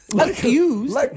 Accused